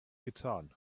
getan